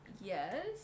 Yes